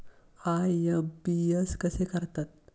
IMPS कसे करतात?